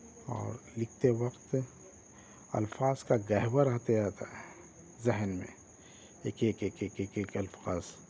اور لکھتے وقت الفاظ کا گوہر آتے آتا ہے ذہن میں ایک ایک ایک ایک ایک ایک الفاظ